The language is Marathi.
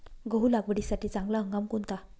गहू लागवडीसाठी चांगला हंगाम कोणता?